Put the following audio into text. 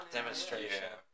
demonstration